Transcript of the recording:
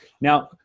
Now